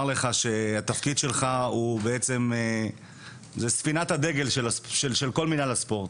לך שתפקידך הוא ספינת הדגל של מינהל הספורט.